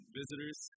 visitors